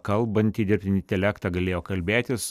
kalbantį dirbtinį intelektą galėjo kalbėtis